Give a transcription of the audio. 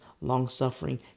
long-suffering